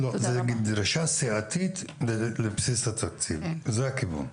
זו דרישה סיעתית להוספה לבסיס התקציב, זה הכיוון.